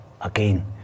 again